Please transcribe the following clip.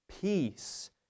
peace